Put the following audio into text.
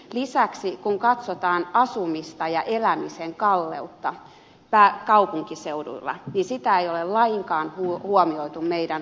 lisäksi kun katsotaan asumista ja elämisen kalleutta kaupunkiseuduilla niin sitä ei ole lainkaan huomioitu meidän valtionosuusjärjestelmässä